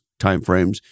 timeframes